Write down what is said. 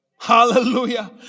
Hallelujah